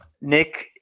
Nick